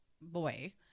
boy